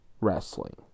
wrestling